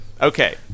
Okay